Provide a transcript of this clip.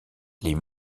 les